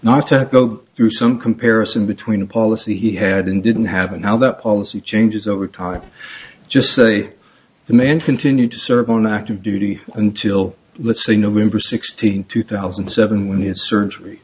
to go through some comparison between a policy he had and didn't have and how that policy changes over time just say the man continued to serve on active duty until let's say november sixteenth two thousand and seven when the surgery